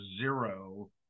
zero